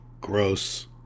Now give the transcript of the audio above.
gross